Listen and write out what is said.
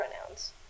pronouns